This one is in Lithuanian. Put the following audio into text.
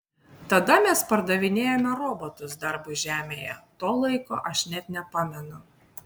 tada mes pardavinėjome robotus darbui žemėje to laiko aš net nepamenu